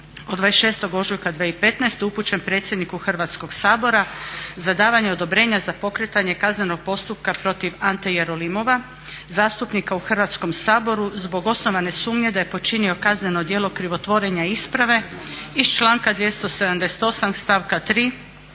od 26. ožujka 2015. upućen predsjedniku Hrvatskog sabora za davanje odobrenja za pokretanje kaznenog postupka protiv Ante Jerolimova zastupnika u Hrvatskom saboru zbog osnovane sumnje da je počinio kazneno djelo krivotvorenja isprave iz članka 278. stavka 3.